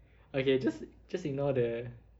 okay just just ignore the